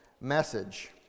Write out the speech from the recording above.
message